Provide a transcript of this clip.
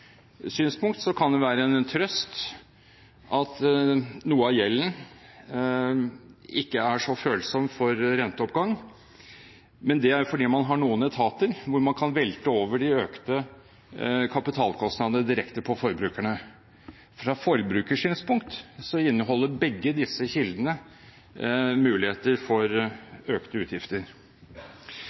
følsom for renteoppgang, men det er fordi man har noen etater hvor man kan velte de økte kapitalkostnadene direkte over på forbrukerne. Fra et forbrukersynspunkt inneholder begge disse kildene muligheter for økte utgifter.